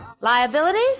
Liabilities